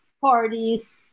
parties